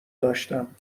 داشتم